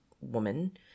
woman